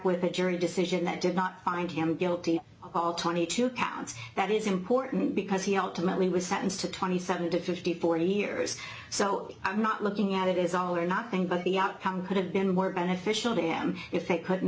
with a jury decision that did not find him guilty all twenty two counts that is important because he ultimately was sentenced to twenty seven to fifty four years so i'm not looking at it is all or nothing but the outcome could have been more beneficial to them if they couldn't